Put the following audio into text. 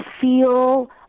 feel